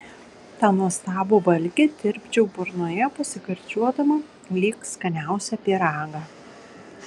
tą nuostabų valgį tirpdžiau burnoje pasigardžiuodama lyg skaniausią pyragą